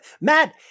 Matt